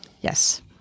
Yes